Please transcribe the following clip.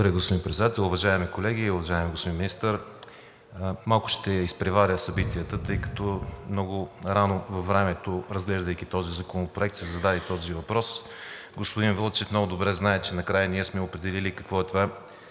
господин Председател. Уважаеми колеги, уважаеми господин Министър! Малко ще изпреваря събитията, тъй като много рано във времето, разглеждайки този законопроект, се зададе и този въпрос. Господин Вълчев много добре знае, че накрая ние сме определили какво е това